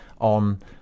on